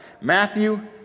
Matthew